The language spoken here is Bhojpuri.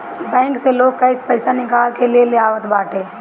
बैंक से लोग कैश पईसा निकाल के ले आवत बाटे